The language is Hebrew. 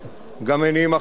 שאנחנו צריכים להיזהר מהם.